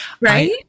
Right